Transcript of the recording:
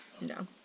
No